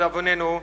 לדאבוננו,